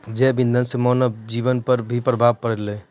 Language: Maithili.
जैव इंधन से मानव जीबन पर भी प्रभाव पड़लै